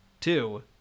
two